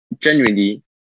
genuinely